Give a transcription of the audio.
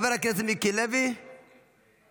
חבר הכנסת מיקי לוי מוותר,